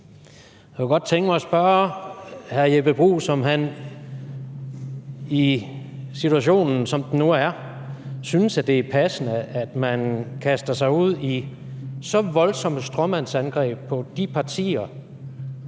Jeg kunne godt tænke mig at spørge hr. Jeppe Bruus, om han i situationen, som den nu er, synes, at det er passende, at man kaster sig ud i så voldsomme stråmandsangreb på de partier,